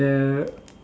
the